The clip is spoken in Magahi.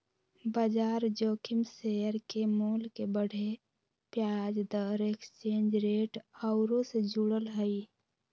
बजार जोखिम शेयर के मोल के बढ़े, ब्याज दर, एक्सचेंज रेट आउरो से जुड़ल हइ